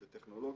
זה טכנולוגיה,